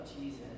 Jesus